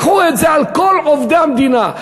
קחו את זה מכל עובדי המדינה,